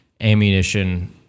ammunition